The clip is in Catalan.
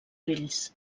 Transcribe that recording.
fills